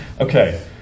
Okay